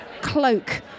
cloak